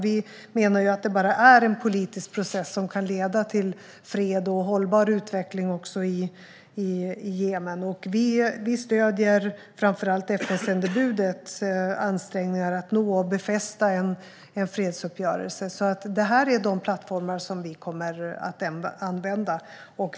Vi menar att det endast är en politisk process som kan leda till fred och hållbar utveckling i Jemen. Vi stöder framför allt FN-sändebudets ansträngningar att nå och befästa en fredsuppgörelse. Det är dessa plattformar som vi kommer att använda.